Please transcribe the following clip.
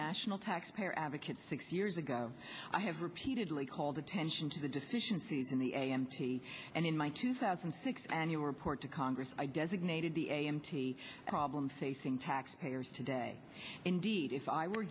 national taxpayer advocate six years ago i have repeatedly called attention to the deficiencies in the a m t and in my two thousand and six annual report to congress i designated the a m t problem facing taxpayers today indeed if i were